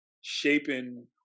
shaping